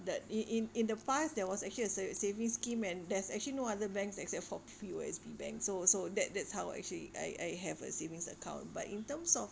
the in in in the past there was actually a sa~ saving scheme and there's actually no other banks except for P_O_S_B bank so so that that's how actually I I have a savings account but in terms of